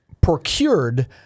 procured